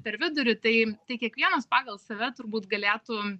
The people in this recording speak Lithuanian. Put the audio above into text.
per vidurį tai kiekvienas pagal save turbūt galėtų